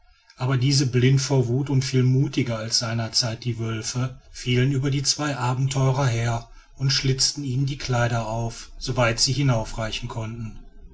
aber diese blind vor wut und viel mutiger als seiner zeit die wölfe fielen über die zwei abenteurer her und schlitzten ihnen die kleider auf soweit sie hinaufreichen konnten